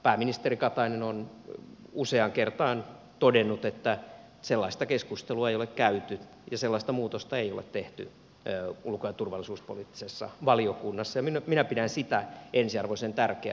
pääministeri katainen on useaan kertaan todennut että sellaista keskustelua ei ole käyty ja sellaista muutosta ei ole tehty ulko ja turvallisuuspoliittisessa valiokunnassa ja minä pidän sitä ensiarvoisen tärkeänä